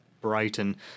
Brighton